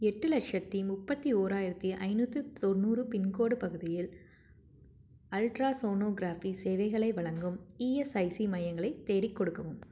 எட்டு லட்சத்தி முப்பத்தி ஓராயிரத்தி ஐந்நூற்றி தொண்ணூறு பின்கோடு பகுதியில் அல்ட்ராசோனோக்ராஃபி சேவைகளை வழங்கும் இஎஸ்ஐசி மையங்களை தேடிக்கொடுக்கவும்